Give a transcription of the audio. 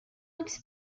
looks